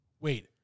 Wait